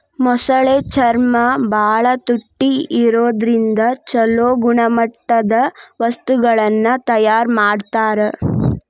ಮೊಸಳೆ ಚರ್ಮ ಬಾಳ ತುಟ್ಟಿ ಇರೋದ್ರಿಂದ ಚೊಲೋ ಗುಣಮಟ್ಟದ ವಸ್ತುಗಳನ್ನ ತಯಾರ್ ಮಾಡ್ತಾರ